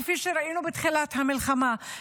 כפי שראינו בתחילת המלחמה,